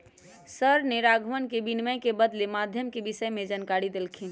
sir ने राघवन के विनिमय के बदलते माध्यम के विषय में जानकारी देल खिन